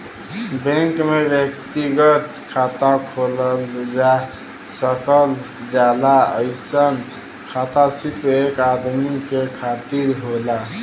bank में व्यक्तिगत खाता खोलल जा सकल जाला अइसन खाता सिर्फ एक आदमी के खातिर होला